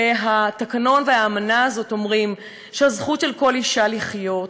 התקנון והאמנה הזאת אומרים שהזכות של כל אישה היא לחיות,